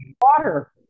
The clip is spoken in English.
Water